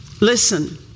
Listen